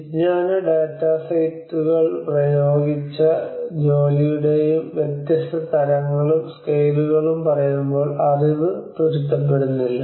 വിജ്ഞാന ഡാറ്റാ സെറ്റുകളുടെയും പ്രയോഗിച്ച ജോലിയുടെയും വ്യത്യസ്ത തരങ്ങളും സ്കെയിലുകളും പറയുമ്പോൾ അറിവ് പൊരുത്തപ്പെടുന്നില്ല